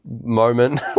moment